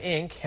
Inc